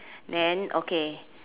then okay